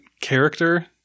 character